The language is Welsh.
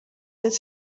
dydd